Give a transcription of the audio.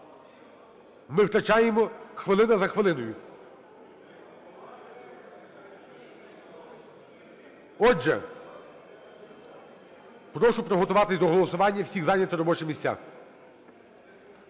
Ми втрачаємо хвилину за хвилиною. Отже, прошу приготуватись до голосування, всіх зайняти робочі місця.